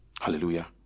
hallelujah